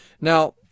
Now